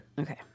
Okay